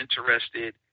interested